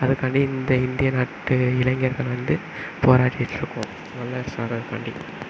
அதுக்காண்டி இந்த இந்திய நாட்டு இளைஞர்கள் வந்து போராடிட்டிருக்கோம் வல்லரசாகறத்துக்காண்டி